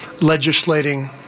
legislating